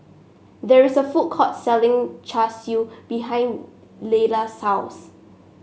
there is a food court selling Char Siu behind Leila's house